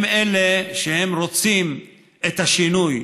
הם אלה שרוצים את השינוי.